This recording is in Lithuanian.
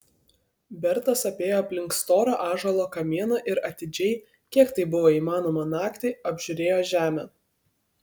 bertas apėjo aplink storą ąžuolo kamieną ir atidžiai kiek tai buvo įmanoma naktį apžiūrėjo žemę